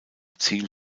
ziel